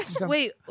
wait